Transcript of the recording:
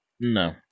No